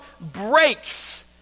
breaks